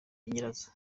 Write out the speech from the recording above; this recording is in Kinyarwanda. nyirazo